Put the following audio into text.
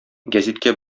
гәзиткә